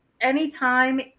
anytime